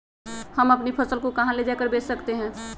हम अपनी फसल को कहां ले जाकर बेच सकते हैं?